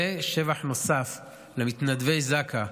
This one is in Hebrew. ושבח נוסף למתנדבי זק"א,